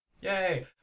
Yay